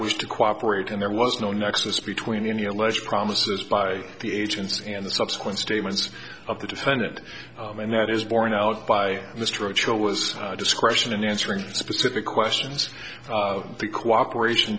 wish to cooperate and there was no nexus between any alleged promises by the agents and the subsequent statements of the defendant and that is borne out by mr cho was discretion in answering specific questions the cooperation